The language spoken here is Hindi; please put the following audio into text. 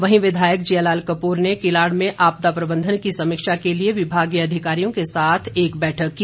वहीं विधायक जियालाल कपूर ने किलाड़ में आपदा प्रबंधन की समीक्षा के लिए विभागीय अधिकारियों के साथ एक बैठक की